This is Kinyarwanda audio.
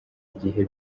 igihe